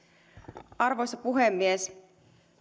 arvoisa puhemies